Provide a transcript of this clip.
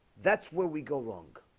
that's where we go wrong